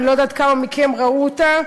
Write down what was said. אני לא יודעת כמה מכם ראו אותה,